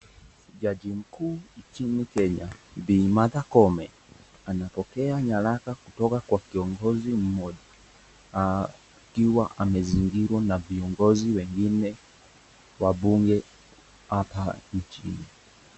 Jaji mkuu nchiini Kenya Bi. Martha Koome ana pokea nyaraka kutoka kwake kiongozi mmoja akiwa ame zingiriwa na viongozi wengine wa bunge hapa nchini.